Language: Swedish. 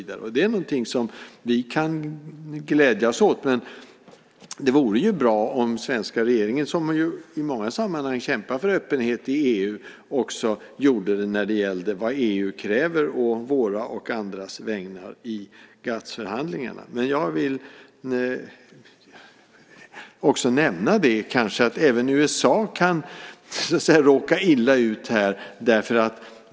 Det är någonting som vi kan glädjas åt, men det vore ju bra om den svenska regeringen, som i många sammanhang kämpar för öppenhet i EU, också gjorde det när det gäller vad EU kräver å våra och andras vägnar i GATS-förhandlingarna. Jag vill också nämna att även USA kan råka illa ut här.